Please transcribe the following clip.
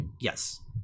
Yes